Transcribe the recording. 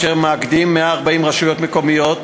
אשר מאגדים כ-140 רשויות מקומיות,